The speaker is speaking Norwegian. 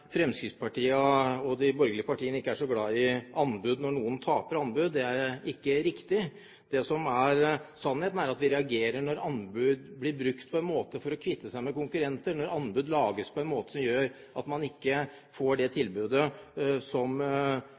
Fremskrittspartiet og de andre borgerlige partiene ikke er så glad i anbud når noen taper anbud. Det er ikke riktig. Det som er sannheten, er at vi reagerer når anbud blir brukt på en måte for å kvitte seg med konkurrenter, at anbud lages på en måte som gjør at man ikke får det tilbudet som